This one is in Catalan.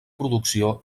producció